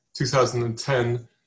2010